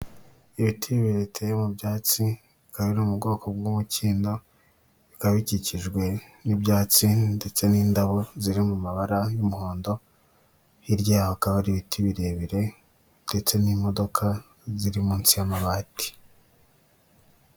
Ibiti bibiri biteye mu byatsi bikaba biri mu bwoko bw'umukindo, bikaba bikikijwe n'ibyatsi ndetse n'indabo ziri mu mabara y'umuhondo,m hirya yaho hakaba hari ibiti birebire ndetse n'imodoka ziri munsi y'amabati.